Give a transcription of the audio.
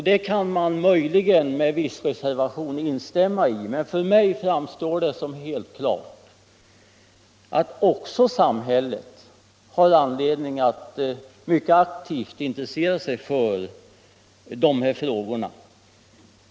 Det kan man möjligen med viss reservation instämma i, men för mig framstår det helt klart att också samhället har anledning att mycket aktivt intressera sig för dessa frågor.